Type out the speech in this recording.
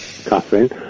Catherine